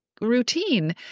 routine